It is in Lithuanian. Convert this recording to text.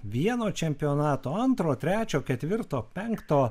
vieno čempionato antro trečio ketvirto penkto